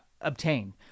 obtain